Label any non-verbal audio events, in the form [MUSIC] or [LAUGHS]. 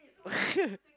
[LAUGHS]